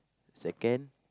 second